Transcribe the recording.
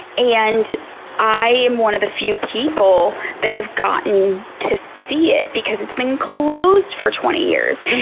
and i am one of the few people that have gotten to see it because it's been closed for twenty years!